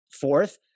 fourth